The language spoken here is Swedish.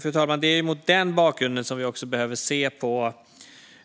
Fru talman! Det är mot den bakgrunden vi behöver se på